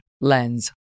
lens